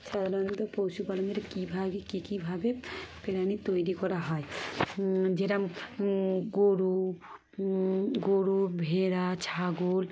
সাধারণত পশুপালনের কীভাবে কী কীভাবে প্রাণী তৈরি করা হয় যেরকম গরু গরু ভেড়া ছাগল